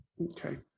Okay